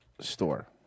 store